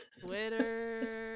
twitter